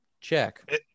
check